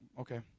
Okay